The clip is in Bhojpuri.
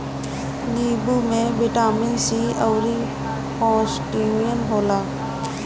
नींबू में बिटामिन सी अउरी पोटैशियम होला